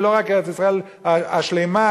ולא רק ארץ-ישראל השלמה,